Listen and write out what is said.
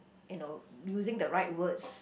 you know using the right words